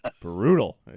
brutal